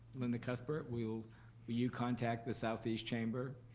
linda cuthbert, will you contact the southeast chamber?